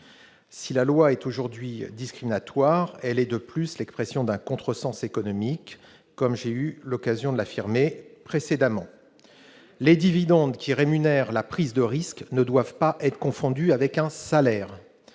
Si la loi est aujourd'hui discriminatoire, elle est de plus l'expression d'un contresens économique, comme j'ai eu l'occasion de l'affirmer précédemment. Les dividendes, qui rémunèrent la prise de risque, ne doivent pas être confondus avec un salaire